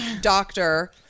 Doctor